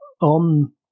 on